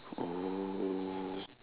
oh